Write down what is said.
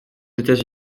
états